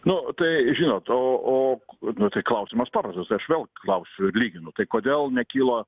nu tai žinot o o nu tai klausimas paprastas aš vėl klausiu ir lyginu tai kodėl nekyla